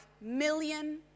million